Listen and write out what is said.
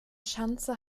schanze